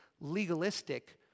legalistic